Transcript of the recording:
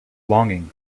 longing